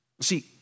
See